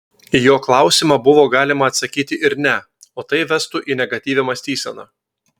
į jo klausimą buvo galima atsakyti ir ne o tai vestų į negatyvią mąstyseną